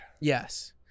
Yes